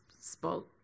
spoke